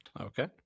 okay